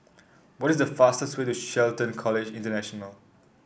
what is the fastest way to Shelton College International